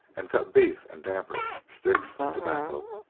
and cut beef and damper, sticks, and tobacco.